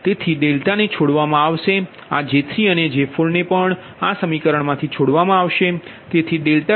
તેથી ડેલ્ટાને છોડવામાં આવે છે આ J3અને J4 ને પણ આ સમીકરણમાંથી છોડવામાં આવે છે